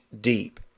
deep